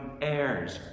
heirs